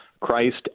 Christ